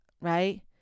right